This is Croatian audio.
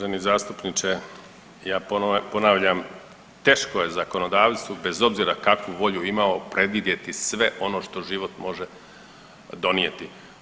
Uvaženi zastupniče, ja ponavljam, teško je zakonodavstvu bez obzira kakvu volju imao predvidjeti sve ono što život može donijeti.